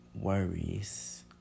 worries